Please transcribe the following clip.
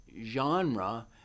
genre